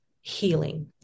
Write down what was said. healing